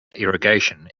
irrigation